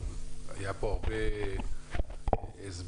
היה פה הרבה הסבר,